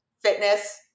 fitness